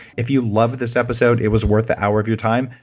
if you loved this episode, it was worth the hour of your time,